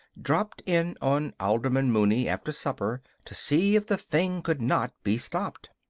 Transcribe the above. dropped in on alderman mooney after supper to see if the thing could not be stopped.